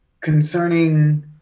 concerning